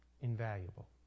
invaluable